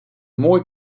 mooi